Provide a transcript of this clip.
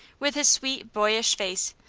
with his sweet, boyish face,